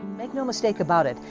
make no mistake about it.